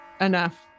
enough